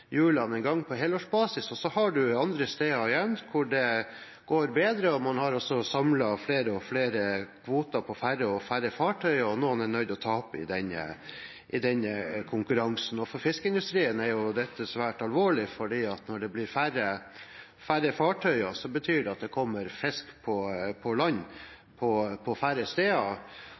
har en forvitring av livskraftige fiskerisamfunn mange steder. Det gjelder steder som Røst og Vardø, hvor det blir færre og færre båter, og hvor man sliter med å holde hjulene i gang på helårsbasis. Så har man andre steder hvor det går bedre, men hvor man har samlet flere og flere kvoter på færre og færre fartøyer, og noen er nødt til å tape i den konkurransen. For fiskeindustrien er dette svært alvorlig, for når det blir færre fartøyer, betyr det